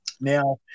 Now